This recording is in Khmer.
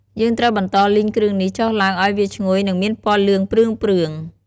យើងត្រូវបន្ដលីងគ្រឿងនេះចុះឡ់ើង ឱ្យវាឈ្ងុយ និងមានពណ៌លឿងព្រឿងៗ។